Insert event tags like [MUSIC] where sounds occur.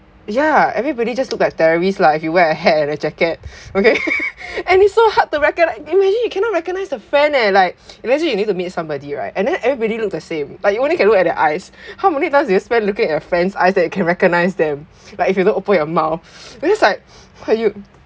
ya everybody just look like terrorists lah if you wear hat and a jacket okay [LAUGHS] and it's so hard to recognise imagine you cannot recognise the friend eh like imagine you need to meet somebody right and then everybody look the same like you only can look at the eyes how many times do you spend looking at your friends eyes that can recognised them like if you don't open your mouth because like like you